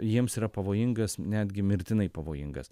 jiems yra pavojingas netgi mirtinai pavojingas